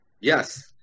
Yes